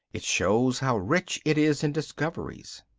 it shows how rich it is in discoveries.